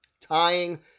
tying